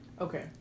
Okay